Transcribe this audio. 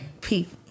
people